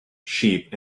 sheep